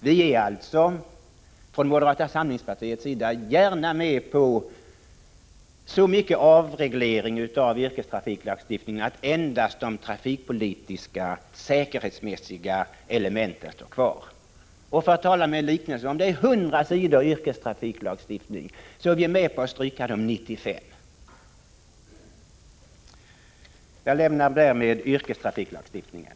Vi är alltså från moderata samlingspartiets sida gärna med på så mycket avreglering av yrkestrafiklagstiftningen att endast de trafikpolitiska, säkerhetsmässiga elementen står kvar. För att använda en liknelse: Om det finns 100 sidor yrkestrafiklagstiftning, är vi med på att stryka de 95. Jag lämnar därmed yrkestrafiklagstiftningen.